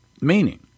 Meaning